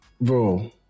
bro